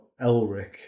Elric